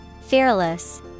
Fearless